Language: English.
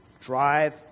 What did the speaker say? drive